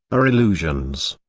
are illusions.